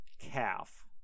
calf